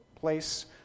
place